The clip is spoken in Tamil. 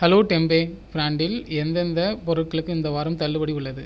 ஹலோ டெம்பே ப்ராண்டில் எந்தெந்தப் பொருட்களுக்கு இந்த வாரம் தள்ளுபடி உள்ளது